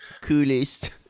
coolest